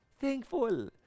thankful